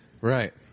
Right